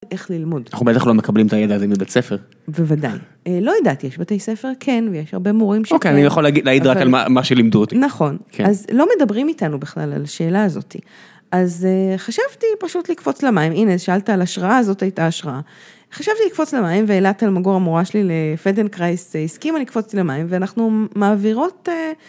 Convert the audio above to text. איך ללמוד את זה? אנחנו בעצם לא מקבלים את הידע הזה מבית ספר. בוודאי, לא ידעתי, יש בתי ספר כן, ויש הרבה מורים ש... אוקיי, אני יכול להגיד רק על מה שלימדו אותי. נכון. אז, לא מדברים איתנו בכלל על השאלה הזאתי. אז חשבתי פשוט לקפוץ למים, הנה, שאלת על השראה הזאת הייתה השראה. חשבתי לקפוץ למים, ואילת אלמגור המורה שלי לפדנקרייס, הסכימה לקפוץ למים, ואנחנו מעבירות...